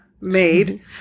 made